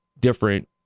different